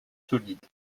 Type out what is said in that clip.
solide